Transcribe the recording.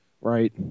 right